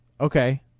okay